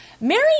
Mary